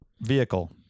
vehicle